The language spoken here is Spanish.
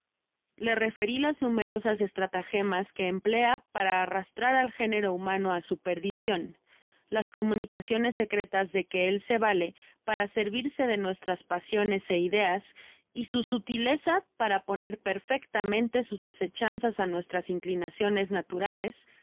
le referi las numerosas estratagemas que emplea para arrastrar al género humano á su perdicion las comunicaciones secretas de que él se vale para servirse de nuestras pasiones é ideas y su sutileza para poner perfectamente sus asechanzas á nuestras inclinaciones naturales